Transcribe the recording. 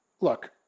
Look